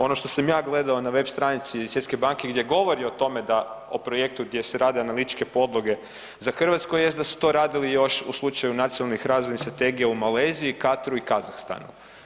Ono što sam ja gledao na web stranici Svjetske banke gdje govori o tome da o projektu gdje se rade analitičke podloge za Hrvatsku jest da su to radili još u slučaju nacionalnih razvojnih strategija u Maleziji, Katru i Kazahstanu.